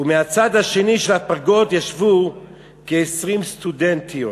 "ומהצד השני של הפרגוד ישבו כ-20 סטודנטיות.